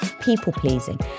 people-pleasing